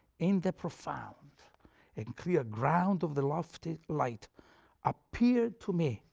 in the profound and clear ground of the lofty light appeared to me,